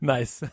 Nice